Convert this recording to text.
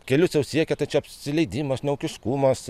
kelius jau siekia tai čia apsileidimas neūkiškumas